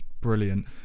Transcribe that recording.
brilliant